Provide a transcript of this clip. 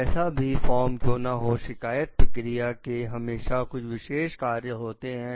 कैसा भी फॉर्म क्यों ना हो शिकायत प्रक्रिया के हमेशा कुछ विशेष कार्य होते हैं